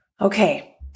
Okay